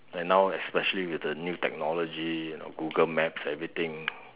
and now especially with the new technology you know Google maps everything